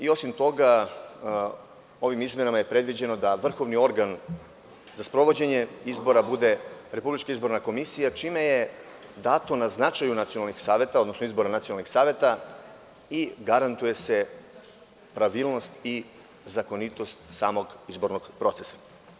Osim toga, ovim izmenama je predviđeno da vrhovni organ za sprovođenje izbora bude RIK, čime je dato na značaju nacionalnih saveta, odnosno izbora nacionalnih saveta i garantuje se pravilnost i zakonitost samog izbornog procesa.